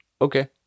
Okay